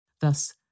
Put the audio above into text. Thus